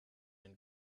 and